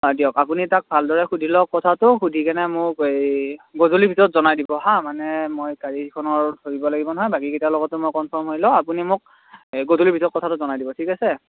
হয় দিয়ক আপুনি তাক ভালদৰে সুধি লওক কথাটো সুধি কেনে মোক এই গধূলি ভিতৰত জনাই দিব হা মানে মই গাড়ীখনৰ ধৰিব লাগিব নহয় বাকীকেইটা লগতো মই কমফাৰ্ম হৈ লওঁ আপুনি মোক গধূলি ভিতৰত কথাটো জনাই দিব ঠিক আছে